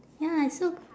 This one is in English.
ya it's so